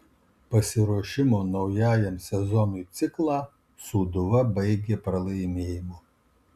pasiruošimo naujajam sezonui ciklą sūduva baigė pralaimėjimu